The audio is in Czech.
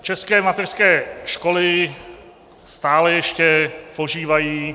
České mateřské školy stále ještě požívají...